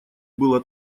было